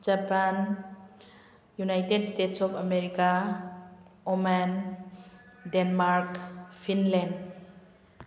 Japan United States of America Oman Denmark Finland